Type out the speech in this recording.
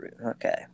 Okay